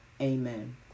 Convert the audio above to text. Amen